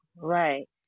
right